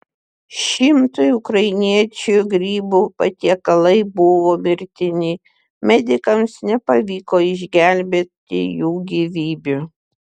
šimtui ukrainiečių grybų patiekalai buvo mirtini medikams nepavyko išgelbėti jų gyvybių